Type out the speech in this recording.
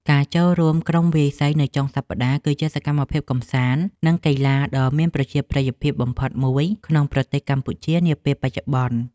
ការចូលរួមក្រុមវាយសីនៅចុងសប្តាហ៍ គឺជាសកម្មភាពកម្សាន្ត និងកីឡាដ៏មានប្រជាប្រិយភាពបំផុតមួយក្នុងប្រទេសកម្ពុជានាពេលបច្ចុប្បន្ន។